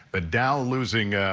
but dow losing